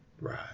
right